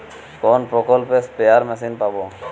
কোন প্রকল্পে spare machine পাব?